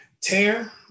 tear